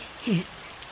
hit